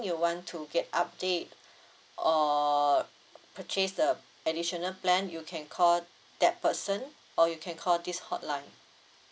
you want to get update or purchase the additional plan you can call that person or you can call this hotline